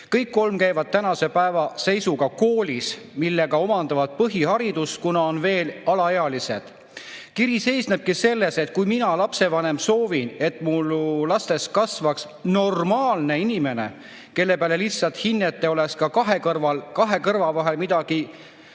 Kõik kolm käivad tänase päeva seisuga koolis, millega omandavad põhiharidust, kuna on veel alaealised. Kiri seisnebki selles, et kui mina, lapsevanem, soovin, et mu lastest kasvaks normaalne inimene, kellel peale lihtsalt hinnete oleks ka kahe kõrva vahel midagi